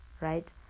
right